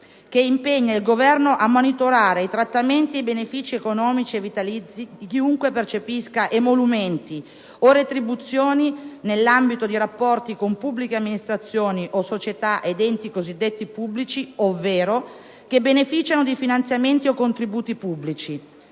che impegna il Governo a monitorare i trattamenti ed i benefici economici e vitalizi di chiunque percepisca emolumenti o retribuzioni nell'ambito di rapporti con pubbliche amministrazioni o società ed enti cosiddetti pubblici, ovvero che beneficiano di finanziamenti o contributi pubblici.